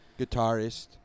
Guitarist